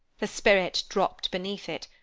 the spirit dropped beneath it,